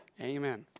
Amen